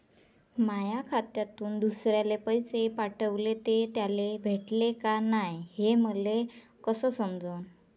माया खात्यातून दुसऱ्याले पैसे पाठवले, ते त्याले भेटले का नाय हे मले कस समजन?